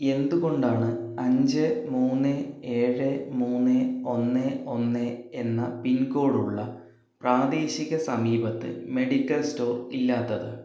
എന്തുകൊണ്ടാണ് അഞ്ച് മൂന്ന് ഏഴ് മൂന്ന് ഒന്ന് ഒന്ന് എന്ന പിൻകോഡ് ഉള്ള പ്രാദേശിക സമീപത്ത് മെഡിക്കൽ സ്റ്റോർ ഇല്ലാത്തത്